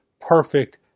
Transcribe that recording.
perfect